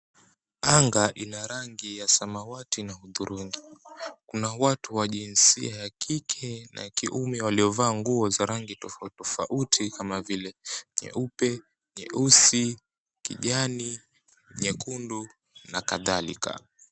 Anga ina rangi ya samawati na hudhurungi. Kuna watu wa jinsia ya kike na kiume waliovaa nguo za rangi tofauti tofauti kama vile; nyeupe, nyeusi, kijani, nyekundu na kadhalika.